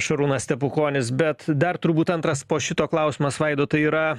šarūnas stepukonis bet dar turbūt antras po šito klausimas vaidotui yra